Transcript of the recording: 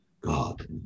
God